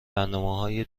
برنامههای